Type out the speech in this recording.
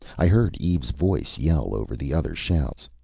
i heard eve's voice yell over the other shouts.